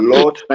Lord